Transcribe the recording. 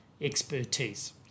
expertise